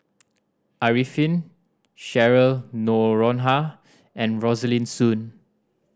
Arifin Cheryl Noronha and Rosaline Soon